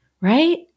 right